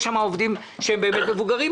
יש שם עובדים שהם באמת מבוגרים,